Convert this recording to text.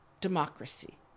democracy